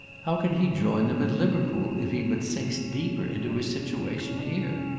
how can he join them at liverpool if he but sinks deeper into his situation here?